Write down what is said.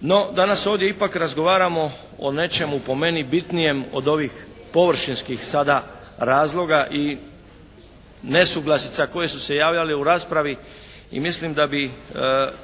No, danas ovdje ipak razgovaramo o nečemu po meni bitnijem od ovih površinskih sada razloga i nesuglasica koje su se javljale u raspravi i mislim da bi